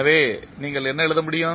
எனவே நீங்கள் என்ன எழுத முடியும்